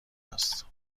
است